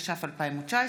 התש"ף 2019,